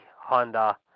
Honda